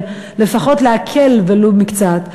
לפחות להקל ולו במקצת.